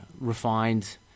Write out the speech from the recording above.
refined